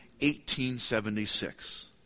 1876